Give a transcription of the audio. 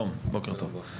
בוקר טוב.